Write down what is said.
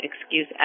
excuse